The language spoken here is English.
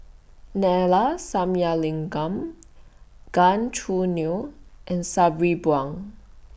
Neila Sathyalingam Gan Choo Neo and Sabri Buang